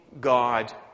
God